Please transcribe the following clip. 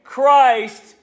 Christ